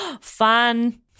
Fun